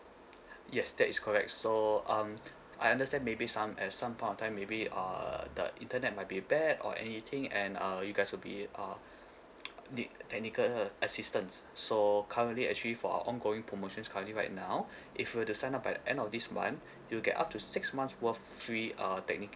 yes that is correct so um I understand maybe some at some point of time maybe uh the internet might be bad or anything and uh you guys will be uh need technical assistance so currently actually for our ongoing promotions currently right now if you were to sign up by the end of this month you'll get up to six months worth free uh